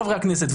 חברי הכנסת,